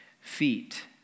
feet